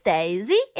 Daisy